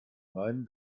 meinen